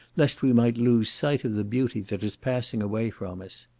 lest we might lose sight of the beauty that was passing away from us.